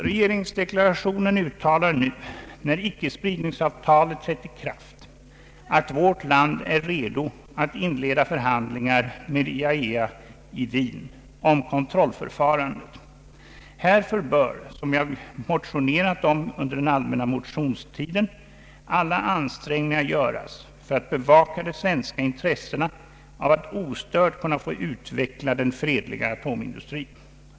Regeringsdeklarationen uttalar nu, när icke-spridningsavtalet trätt i kraft, att vårt land är redo att inleda förhandlingar med IAEA i Wien om kontrollförfarandet. Därför bör, som jag motionerat om under den allmänna motionstiden, alla ansträngningar göras för att bevaka de svenska intressena av att ostört kunna få utveckla den fredliga atomindustrin.